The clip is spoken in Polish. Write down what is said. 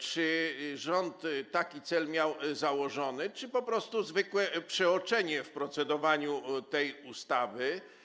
Czy rząd taki cel miał założony, czy to po prostu zwykłe przeoczenie w procedowaniu nad tą ustawą?